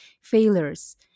failures